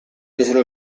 presero